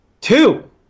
two